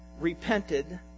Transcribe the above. repented